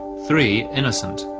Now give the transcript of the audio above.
three innocent.